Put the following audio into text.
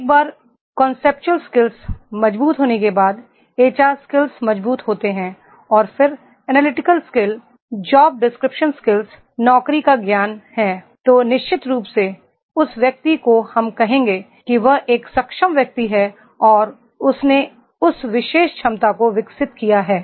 एक बार conceptual skills मजबूत होने के बाद एचआर स्किल्स मजबूत होते हैं और फिर analytical skill job description skills नौकरी का ज्ञान है तो निश्चित रूप से उस व्यक्ति को हम कहेंगे कि वह एक सक्षम व्यक्ति है और उसने उस विशेष क्षमता को विकसित किया है